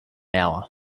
hour